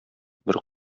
бер